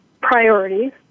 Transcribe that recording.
priorities